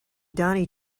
donny